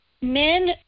men